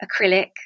acrylic